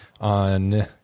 on